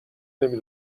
نمی